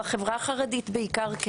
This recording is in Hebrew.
בחברה החרדית בעיקר,